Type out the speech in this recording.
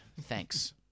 Thanks